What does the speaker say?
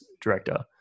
director